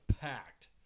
packed